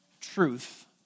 truth